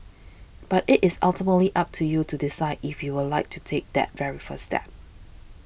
but it is ultimately up to you to decide if you would like to take that very first step